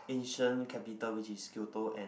ancient capital which is Kyoto and